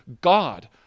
God